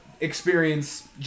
experience